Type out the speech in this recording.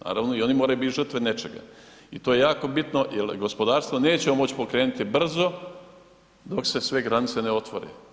Naravno i oni moraju biti žrtve nečega i to je jako bitno, jel gospodarstvo nećemo moći pokrenuti brzo dok se sve granice ne otvore.